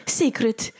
secret